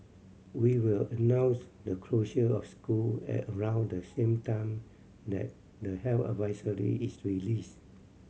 we will announce the closure of school at around the same time that the health advisory is released